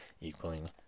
equaling